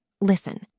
listen